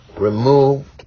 remove